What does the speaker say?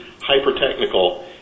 hyper-technical